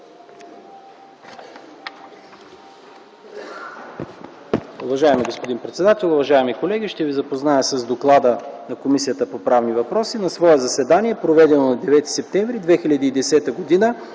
Уважаеми господин председател, уважаеми колеги! Ще ви запозная с доклада на Комисията по правни въпроси: „На свое заседание, проведено на 9 септември 2010 г.,